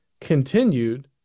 continued